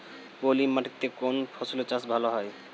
পলি মাটিতে কোন ফসলের চাষ ভালো হয়?